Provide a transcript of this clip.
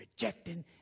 rejecting